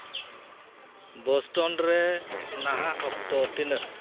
Boston ᱨᱮ ᱱᱟᱦᱟᱜ ᱚᱠᱛᱚ ᱛᱤᱱᱟᱹᱜ